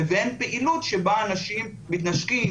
לבין פעילות שבה אנשים מתנשקים,